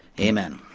amen.